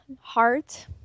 heart